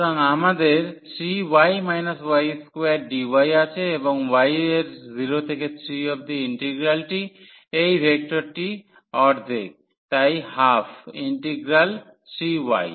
সুতরাং আমাদের 3y y2 dy আছে এবং y এর 0 থেকে 3 অবধি ইন্টিগ্রালটি এই ভেক্টরটি অর্ধেক তাই হাফ ইন্টিগ্রাল 3y